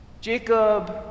Jacob